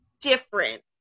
different